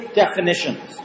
definitions